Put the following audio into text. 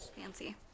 fancy